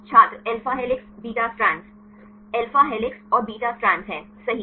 छात्र alpha helix beta strands alpha helix और beta strand है सही